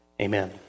Amen